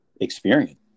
experience